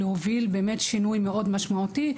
ולהוביל שינוי מאוד משמעותי,